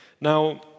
Now